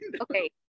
okay